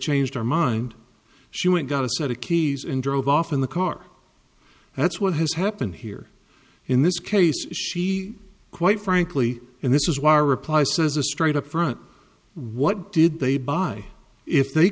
changed our mind she went got a set of keys and drove off in the car that's what has happened here in this case she quite frankly and this is why our reply says a straight up front what did they buy if they